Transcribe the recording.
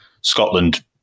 Scotland